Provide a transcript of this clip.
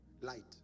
Light